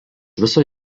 viso